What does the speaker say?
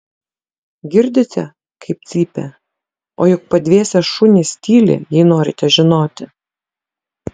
girdite kaip cypia o juk padvėsę šunys tyli jei norite žinoti